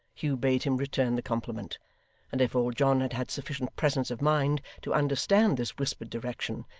hugh bade him return the compliment and if old john had had sufficient presence of mind to understand this whispered direction,